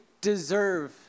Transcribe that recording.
deserve